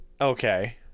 Okay